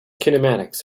kinematics